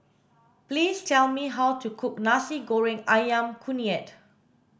please tell me how to cook nasi goreng ayam kunyit